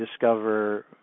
discover